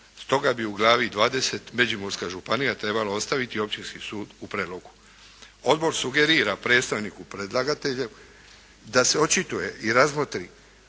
stoga bi u glavi 20. Međimurska županija trebalo ostaviti Općinski sud u Prelogu. Odbor sugerira predstavniku predlagatelja da se očituje i razmotri